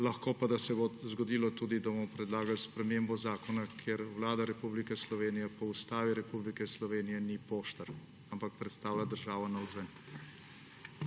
Lahko pa da se bo tudi zgodilo, da bomo predlagali spremembo zakona, ker Vlada Republike Slovenije po Ustavi Republike Slovenije ni poštar, ampak predstavlja državo navzven.